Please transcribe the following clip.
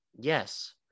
Yes